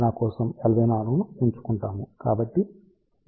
కాబట్టి డిజైన్ ఉదాహరణ తీసుకుందాం